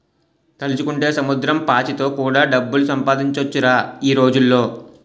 తలుచుకుంటే సముద్రం పాచితో కూడా డబ్బులు సంపాదించొచ్చురా ఈ రోజుల్లో